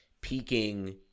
peaking